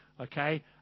okay